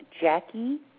Jackie